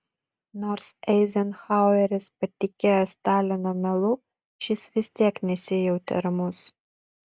nors eizenhaueris patikėjo stalino melu šis vis tiek nesijautė ramus